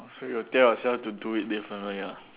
so you'll tell yourself to do it differently lah